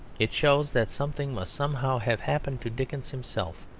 it shows that something must somehow have happened to dickens himself.